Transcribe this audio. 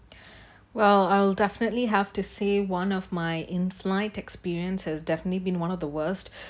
well I'll definitely have to say one of my in flight experience have definitely been one of the worst